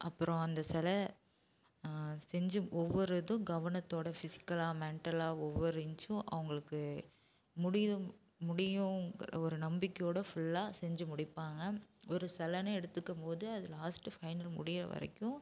அப்புறம் அந்த சில செஞ்சு ஒவ்வொரு இதுவும் கவனத்தோட ஃபிசிக்கலாக மென்டலாக ஒவ்வொரு இன்ச்சும் அவங்களுக்கு முடியு முடியும் ஒரு நம்பிக்கையோட ஃபுல்லா செஞ்சு முடிப்பாங்க ஒரு சிலனு எடுத்துக்கும் போது அது லாஸ்ட் ஃபைனல் முடிகிற வரைக்கும்